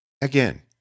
Again